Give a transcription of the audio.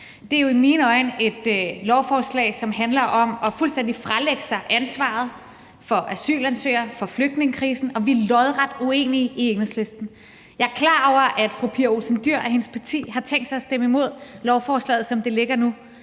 Det er i mine øjne et lovforslag, som handler om fuldstændig at fralægge sig ansvaret for asylansøgere, for flygtningekrisen. Og vi er i Enhedslisten lodret uenige. Jeg er klar over, at fru Pia Olsen Dyhr og hendes parti har tænkt sig at stemme imod lovforslaget, som det ligger nu,